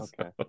Okay